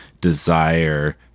desire